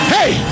Hey